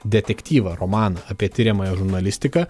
detektyvą romaną apie tiriamąją žurnalistiką